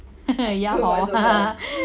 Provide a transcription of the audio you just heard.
ya hor